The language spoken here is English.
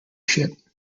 ship